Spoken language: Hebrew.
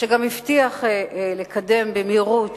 והוא גם הבטיח לקדמה במהירות